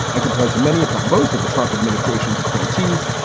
and compared to many, if not most, of the trump administration's appointees,